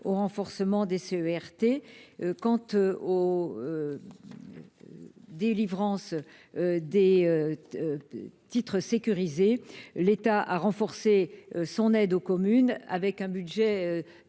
renforcement des c'est compte oh délivrance des titres sécurisés, l'État a renforcé son aide aux communes, avec un budget de